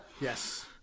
Yes